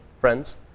friends